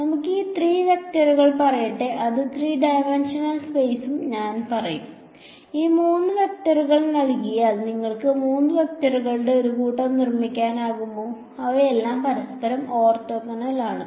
നമുക്ക് ഈ 3 വെക്ടറുകൾ പറയട്ടെ അതിൽ 3 ഡൈമൻഷണൽ സ്പെയ്സും ഞാനും പറയുന്നു ഈ 3 വെക്ടറുകൾ നൽകിയാൽ നിങ്ങൾക്ക് 3 വെക്ടറുകളുടെ ഒരു കൂട്ടം നിർമ്മിക്കാനാകുമോ അവയെല്ലാം പരസ്പരം ഓർത്തോഗണൽ ആണ്